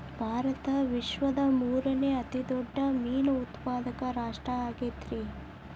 ಭಾರತ ವಿಶ್ವದ ಮೂರನೇ ಅತಿ ದೊಡ್ಡ ಮೇನು ಉತ್ಪಾದಕ ರಾಷ್ಟ್ರ ಆಗೈತ್ರಿ